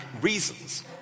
reasons